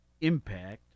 impact